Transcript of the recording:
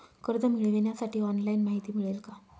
कर्ज मिळविण्यासाठी ऑनलाइन माहिती मिळेल का?